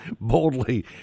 Boldly